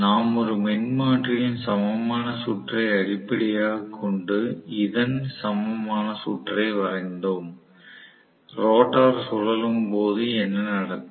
நாம் ஒரு மின்மாற்றியின் சமமான சுற்றை அடிப்படையாகக் கொண்டு இதன் சமமான சுற்றை வரைந்தோம் ரோட்டார் சுழலும் போது என்ன நடக்கும்